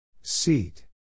Seat